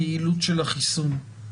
היעילות של החיסון,